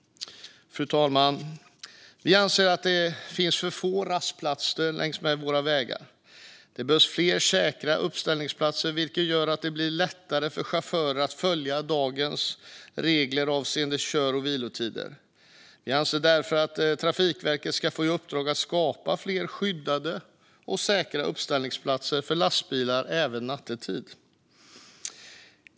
Fru talman! Vi anser att det finns för få rastplatser längs våra vägar. Det behövs fler säkra uppställningsplatser så att det blir lättare för chaufförer att följa dagens regler avseende kör och vilotider. Vi anser därför att Trafikverket ska få i uppdrag att skapa fler uppställningsplatser för lastbilar som är skyddade och säkra även nattetid.